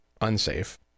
unsafe